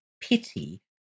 pity